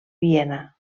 viena